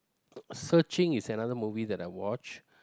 searching is another movie that I watch